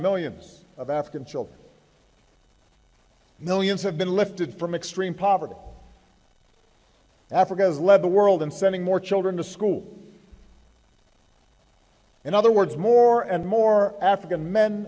millions of african children millions have been lifted from extreme poverty africa has led the world in sending more children to school in other words more and more african men